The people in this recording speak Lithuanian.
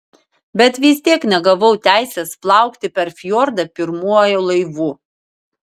bet vis tiek negavau teisės plaukti per fjordą pirmuoju laivu